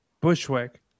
Bushwick